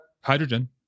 Hydrogen